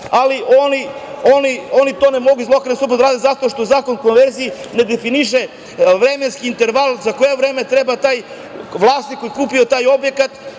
ali oni to ne mogu iz lokane samouprave da rade zato što Zakon o konverziji ne definiše vremenski interval za koje vreme treba taj vlasnik koji je kupio taj objekat